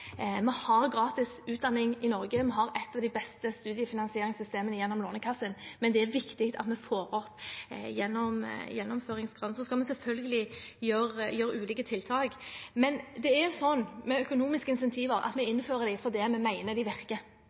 Vi har gratis utdanning i Norge, vi har et av de beste studiefinansieringssystemene gjennom Lånekassen, men det er viktig at vi får opp gjennomføringsgraden. Vi skal selvfølgelig gjøre ulike tiltak. Men det er sånn med økonomiske incentiver at vi innfører dem fordi vi mener de virker.